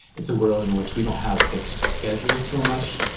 it's a world in which we don't have fixed schedules so much,